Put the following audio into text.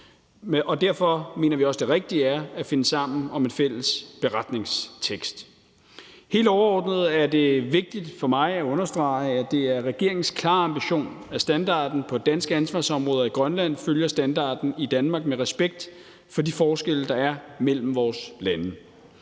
Derfor mener vi også, at det rigtige er at finde sammen om en fælles beretningstekst. Helt overordnet er det vigtigt for mig at understrege, at det er regeringens klare ambition, at standarden på danske ansvarsområder i Grønland følger standarden i Danmark med respekt for de forskelle, der er mellem vores lande.